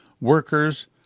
workers